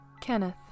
Kenneth